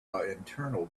internal